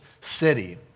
city